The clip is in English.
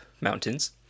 mountains